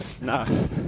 No